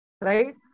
Right